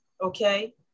okay